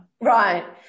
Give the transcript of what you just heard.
Right